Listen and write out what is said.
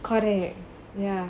correct ya